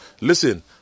Listen